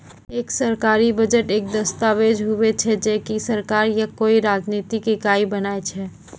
एक सरकारी बजट एक दस्ताबेज हुवै छै जे की सरकार या कोय राजनितिक इकाई बनाय छै